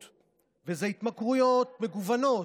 אונקולוגיות, ואתם תצביעו נגד.